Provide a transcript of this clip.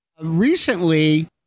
Recently